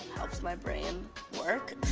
helps my brain work.